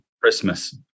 Christmas